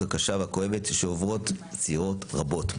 הקשה והכואבת שעוברות צעירות רבות.